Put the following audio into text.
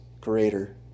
greater